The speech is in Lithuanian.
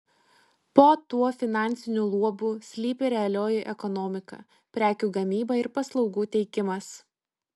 po tuo finansiniu luobu slypi realioji ekonomika prekių gamyba ir paslaugų teikimas